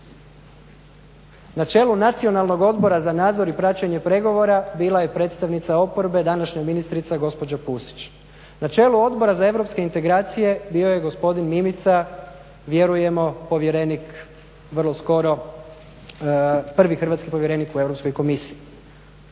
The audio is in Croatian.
na čelu Nacionalnog odbora za nadzor i praćenje pregovora bila je predstavnica oporbe, današnja ministrica gospođa Pusić. Na čelu Odbora za europske integracije bio je gospodin Mimica, vjerujemo povjerenik vrlo skoro, prvi hrvatski povjerenik u Europskoj komisiji.